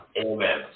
Amen